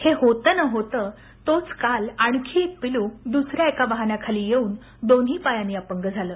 हे होतं न होतं तोच काल आणखी एक पिल्लू दुसऱ्या एका वाहनाखाली येऊन दोन्ही पायांनी अपंग झालं